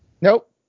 nope